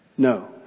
No